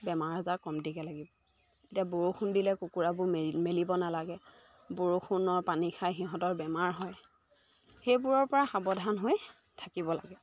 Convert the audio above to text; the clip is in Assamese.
বেমাৰ আজাৰ কমকৈ লাগিব এতিয়া বৰষুণ দিলে কুকুৰাবোৰ মেলি মেলিব নালাগে বৰষুণৰ পানী খাই সিহঁতৰ বেমাৰ হয় সেইবোৰৰ পৰা সাৱধান হৈ থাকিব লাগে